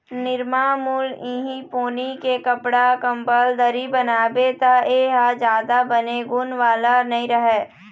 निरमामुल इहीं पोनी के कपड़ा, कंबल, दरी बनाबे त ए ह जादा बने गुन वाला नइ रहय